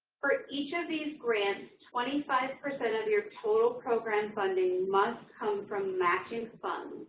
for each of these grants, twenty five percent of your total program funding must come from matching funds.